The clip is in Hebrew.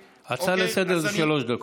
הצעה לסדר-היום היא שלוש דקות.